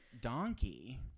donkey